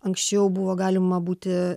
anksčiau buvo galima būti